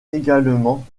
également